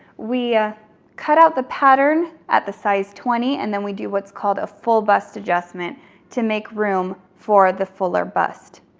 we ah cut out the pattern at the size twenty, and then we do what's called a full bust adjustment to make room for the fuller bust.